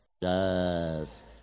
Yes